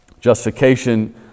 Justification